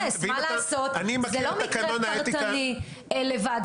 זה לא מקרה פרטני לבד.